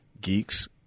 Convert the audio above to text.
Geeks